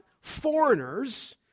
foreigners